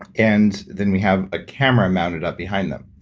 and then we have a camera mounted up behind them.